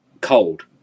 cold